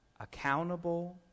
accountable